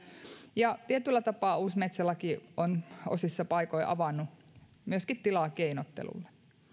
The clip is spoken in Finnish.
ja tietyllä tapaa uusi metsälaki on osissa paikoin avannut myöskin tilaa keinottelulle